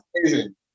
amazing